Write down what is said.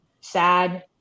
sad